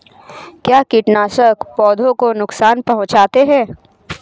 क्या कीटनाशक पौधों को नुकसान पहुँचाते हैं?